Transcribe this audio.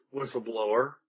whistleblower